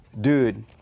dude